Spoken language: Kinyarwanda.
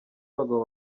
abagabo